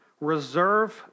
Reserve